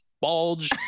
bulge